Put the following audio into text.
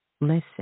Listen